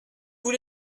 vous